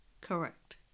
Correct